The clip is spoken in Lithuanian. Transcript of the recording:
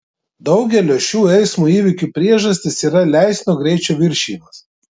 daugelio šių eismo įvykių priežastis yra leistino greičio viršijimas